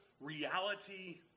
reality